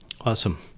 Awesome